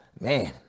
Man